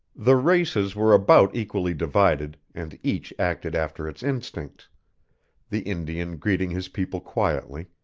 the races were about equally divided and each acted after its instincts the indian greeting his people quietly,